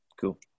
cool